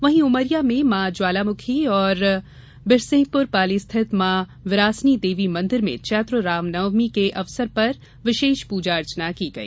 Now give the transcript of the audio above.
वहीं उमरिया में मां ज्वालामुखी और विरसिंहपुर पाली स्थित मां विरासिनी देवी मंदिर में चैत्र रामनवमीं के अवसर पर विशेष प्रजा अर्चना की गई